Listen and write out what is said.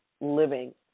living